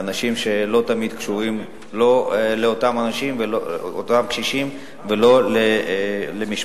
לאנשים שלא תמיד קשורים לא לאותם קשישים ולא למשפחתם.